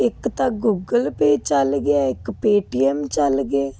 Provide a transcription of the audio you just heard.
ਇੱਕ ਤਾਂ Google Pay ਚੱਲ ਗਿਆ ਇੱਕ ਪੇਟੀਐਮ ਚੱਲ ਗਏ